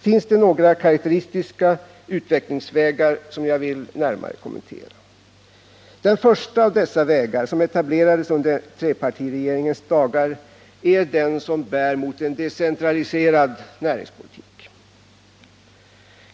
finns det några karakteristiska utvecklingsvägar som jag vill närmare kommentera. Den första av dessa vägar, som beträddes under trepartiregeringens dagar, är den som bär mot en decentraliserad näringspolitik.